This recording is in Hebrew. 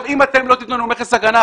אם אתם לא תתנו לנו מכס הגנה,